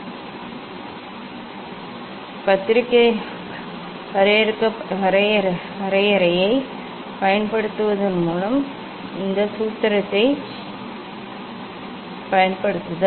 அலைநீளத்துடன் ஒளிவிலகல் குறியீட்டின் மாற்றம் இது ப்ரிஸத்தின் தீர்க்கும் சக்தி பத்திரிகை வரையறையைப் பயன்படுத்துவதன் மூலம் வந்த இந்த சூத்திரத்தைப் பயன்படுத்துதல்